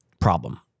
problem